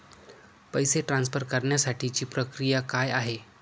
पैसे ट्रान्सफर करण्यासाठीची प्रक्रिया काय आहे?